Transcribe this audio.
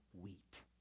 wheat